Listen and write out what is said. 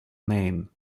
name